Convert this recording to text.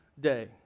day